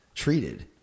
Treated